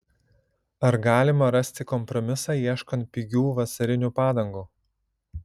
ar galima rasti kompromisą ieškant pigių vasarinių padangų